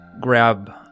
grab